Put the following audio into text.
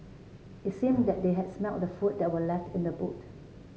it seemed that they had smelt the food that were left in the boot